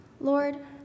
Lord